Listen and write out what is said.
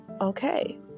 Okay